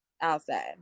outside